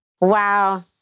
Wow